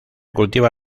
cultiva